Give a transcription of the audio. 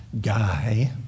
guy